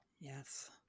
Yes